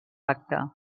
acte